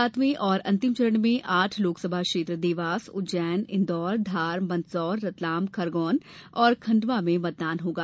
सातवें और अन्तिम चरण में आठ लोकसभा क्षेत्र देवास उज्जैन इंदौर धार मन्दसौर रतलाम खरगौन और खण्डवा में मतदान होगा